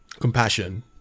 compassion